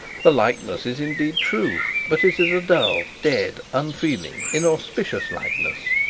the likeness is indeed true but it is a dull, dead, unfeeling, inauspicious likeness.